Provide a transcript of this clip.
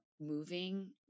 moving